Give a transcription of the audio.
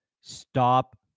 stop